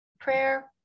prayer